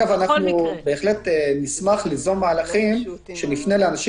אנחנו בהחלט נשמח ליזום מהלכים שנפנה לאנשים